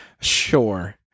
Sure